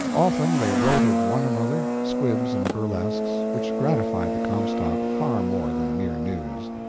often they wrote of one another squibs and burlesques, which gratified the comstock far more than mere news.